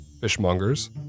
fishmongers